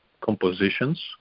compositions